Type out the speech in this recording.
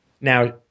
now